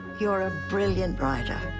you're a brilliant writer.